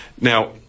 Now